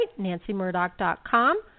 nancymurdoch.com